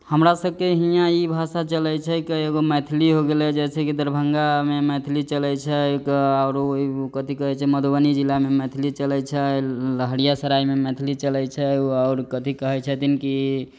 हमरा सभके हियाँ ई भाषा चलै छै कि एगो मैथिली हो गेलै जैसे कि दरभङ्गामे मैथिली चलै छै आओरो कथि कहै छै मधुबनी जिलामे मैथिली चलै छै लहेरियासरायमे मैथिली चलै छै आओर कथि कहै छथिन कि